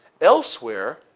elsewhere